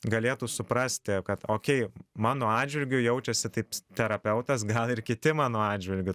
galėtų suprasti kad okei mano atžvilgiu jaučiasi taip terapeutas gal ir kiti mano atžvilgiu